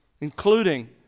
including